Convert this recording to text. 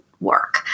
work